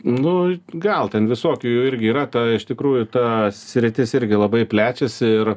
nu gal ten visokių jų irgi yra ta iš tikrųjų ta sritis irgi labai plečiasi ir